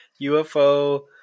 UFO